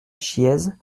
chiéze